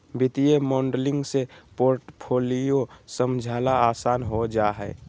वित्तीय मॉडलिंग से पोर्टफोलियो समझला आसान हो जा हय